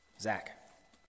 Zach